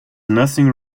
nothing